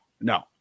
no